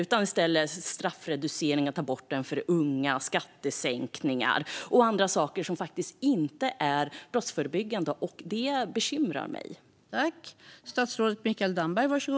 I stället tar man bort straffreduceringen för unga och gör skattesänkningar och andra saker som inte är brottsförebyggande. Detta bekymrar mig.